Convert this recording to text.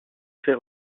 ses